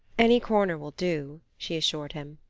any corner will do, she assured him.